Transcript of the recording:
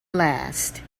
last